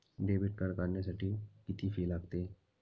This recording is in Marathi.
डेबिट कार्ड काढण्यासाठी किती फी लागते?